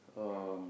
um